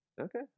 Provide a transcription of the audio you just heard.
okay